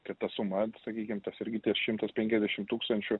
kad ta suma sakykim tas irgi ties šimtas penkiasdešim tūkstančių